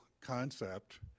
concept